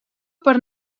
per